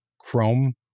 chrome